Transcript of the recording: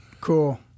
Cool